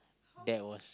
that was